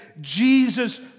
Jesus